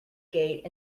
gate